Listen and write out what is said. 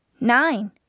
Nine